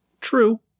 true